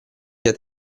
via